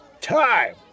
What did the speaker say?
time